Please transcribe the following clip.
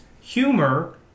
humor